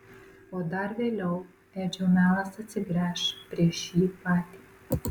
o dar vėliau edžio melas atsigręš prieš jį patį